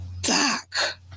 Doc